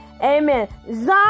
Amen